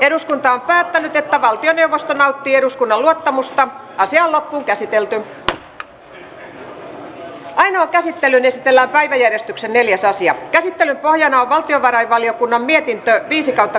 eduskunta edellyttää että hallitus pitää liikenneturvallisuuden parantamisen ensisijaisena tavoitteena ja luopuu oikeusjärjestelmää halventavasta pyrkimyksestään kerätä mahdollisimman suuria sakkotuloja valtion kassavajeen paikkaamiseen